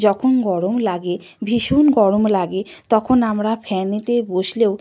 যখন গরম লাগে ভীষণ গরম লাগে তখন আমরা ফ্যানেতে বসলেও